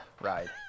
ride